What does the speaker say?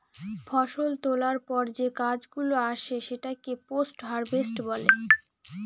ফষল তোলার পর যে কাজ গুলো আসে সেটাকে পোস্ট হারভেস্ট বলে